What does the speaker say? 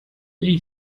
they